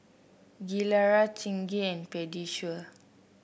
Gilera Chingay and Pediasure